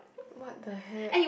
what the heck